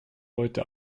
leute